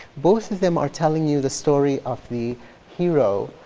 both of them are telling you the story of the hero,